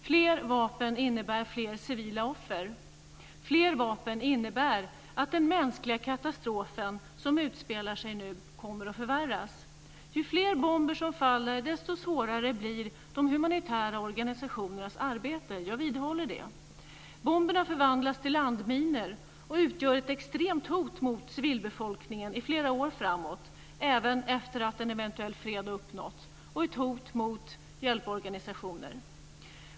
Fler vapen innebär fler civila offer. Fler vapen innebär att den mänskliga katastrof som nu utspelar sig kommer att förvärras. Ju fler bomber som faller, desto svårare blir de humanitära organisationernas arbete - jag vidhåller detta. Bomberna förvandlas till landminor och utgör ett extremt hot mot civilbefolkningen flera år framåt, även efter det att en eventuell fred uppnåtts, och ett hot mot hjälporganisationer.